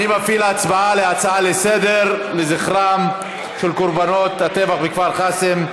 אני מפעיל הצבעה על הצעה לסדר-היום לזכרם של קורבנות הטבח בכפר קאסם.